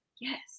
yes